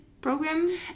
program